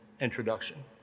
introduction